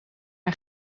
een